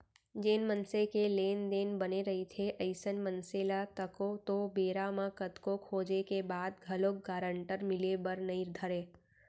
जेन मनसे के लेन देन बने रहिथे अइसन मनसे ल तको तो बेरा म कतको खोजें के बाद घलोक गारंटर मिले बर नइ धरय